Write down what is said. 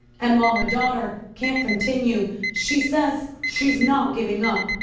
and while her daughter can't continue, she says shes not giving up.